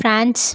France